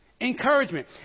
encouragement